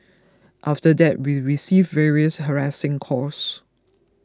after that we received various harassing calls